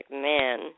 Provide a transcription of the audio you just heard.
man